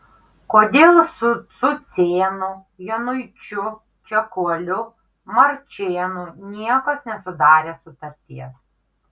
kodėl su cucėnu januičiu čekuoliu marčėnu niekas nesudarė sutarties